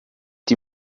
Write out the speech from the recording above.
die